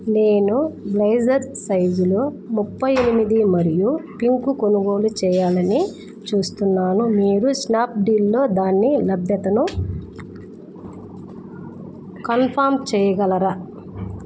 నేను బ్లేజర్ సైజ్లో ముప్పై ఎనిమిది మరియు పింక్ కొనుగోలు చెయ్యాలని చూస్తున్నాను మీరు స్నాప్డీల్లో దాని లభ్యతను కన్ఫర్మ్ చెయ్యగలరా